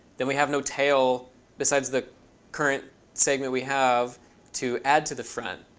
then we have no tail besides the current segment we have to add to the front,